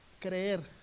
Creer